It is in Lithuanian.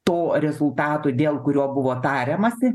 to rezultato dėl kurio buvo tariamasi